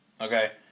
okay